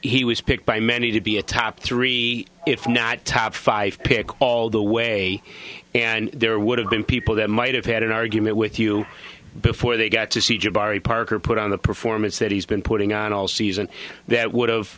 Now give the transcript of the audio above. he was picked by many to be a top three if not top five pick all the way and there would have been people that might have had an argument with you before they got to see jabari parker put on a performance that he's been putting on all season that would've